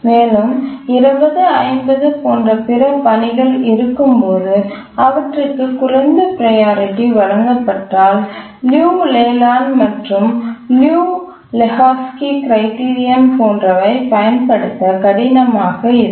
மேலும் 20 50 போன்ற பிற பணிகள் இருக்கும்போது அவற்றிற்கு குறைந்த ப்ரையாரிட்டி வழங்கப்பட்டால் லியு லேலேண்ட் மற்றும் லியு லெஹோஸ்கி கிரைட்டிரியன் போன்றவை பயன்படுத்த கடினமாக இருக்கும்